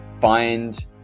find